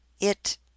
It